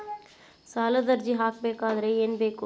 ಸಾಲದ ಅರ್ಜಿ ಹಾಕಬೇಕಾದರೆ ಏನು ಬೇಕು?